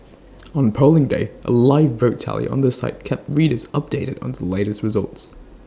on Polling Day A live vote tally on the site kept readers updated on the latest results